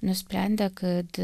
nusprendė kad